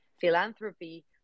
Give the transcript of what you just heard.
philanthropy